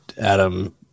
Adam